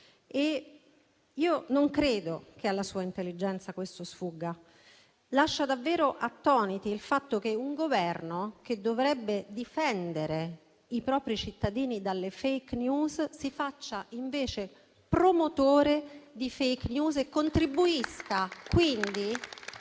io non credo che alla sua intelligenza questo sfugga. Lascia davvero attoniti il fatto che un Governo, che dovrebbe difendere i propri cittadini dalle *fake news* si faccia invece promotore di *fake news* e contribuisca quindi